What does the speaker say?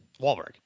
Wahlberg